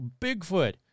Bigfoot